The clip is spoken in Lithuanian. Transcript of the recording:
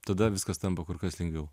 tada viskas tampa kur kas lengviau